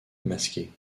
masquée